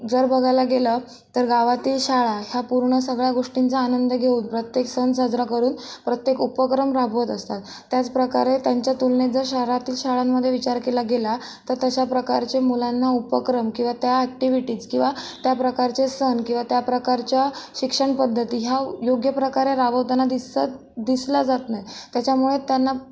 जर बघायला गेलं तर गावातील शाळा ह्या पूर्ण सगळ्या गोष्टींचा आनंद घेऊन प्रत्येक सण साजरा करून प्रत्येक उपक्रम राबवत असतात त्याच प्रकारे त्यांच्या तुलनेत जर शहरातील शाळांमध्ये विचार केला गेला तर तश्या प्रकारचे मुलांना उपक्रम किंवा त्या ॲक्टिव्हिटीज किंवा त्या प्रकारचे सण किंवा त्या प्रकारच्या शिक्षण पद्धती ह्या योग्य प्रकारे राबवताना दिसत दिसला जात नाही त्याच्यामुळे त्यांना